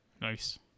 Nice